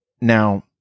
Now